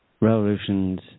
revolutions